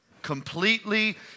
completely